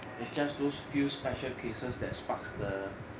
it's just those few special cases that sparks the